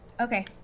Okay